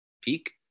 peak